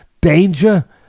danger